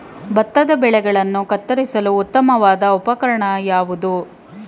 ಭತ್ತದ ಬೆಳೆಗಳನ್ನು ಕತ್ತರಿಸಲು ಉತ್ತಮವಾದ ಉಪಕರಣ ಯಾವುದು?